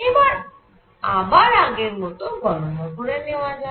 এবার আবার আগের মত গণনা করে নেওয়া যাক